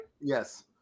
Yes